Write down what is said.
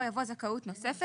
"זכאות נוספת"